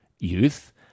Youth